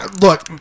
Look